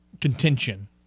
contention